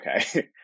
okay